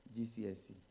GCSE